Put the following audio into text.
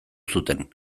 zuten